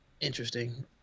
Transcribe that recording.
Interesting